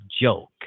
joke